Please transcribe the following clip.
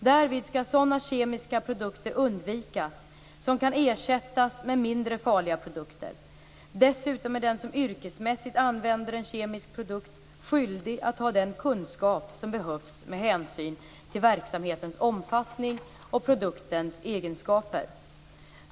Därvid skall sådana kemiska produkter undvikas som kan ersättas med mindre farliga produkter. Dessutom är den som yrkesmässigt använder en kemisk produkt skyldig att ha den kunskap som behövs med hänsyn till verksamhetens omfattning och produktens egenskaper.